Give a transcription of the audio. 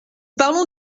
parlons